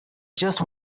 just